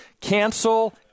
cancel